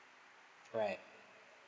right